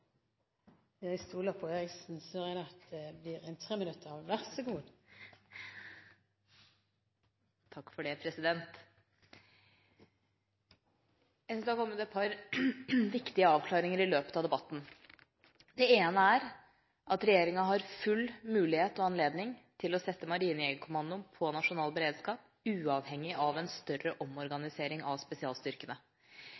jeg forstår, gjør at man vurderer å foreta en endring. Men rett skal være rett, og faktum skal være faktum. Det har kommet et par viktige avklaringer i løpet av debatten. Den ene er at regjeringa har full mulighet og anledning til å sette Marinejegerkommandoen på nasjonal beredskap uavhengig av en større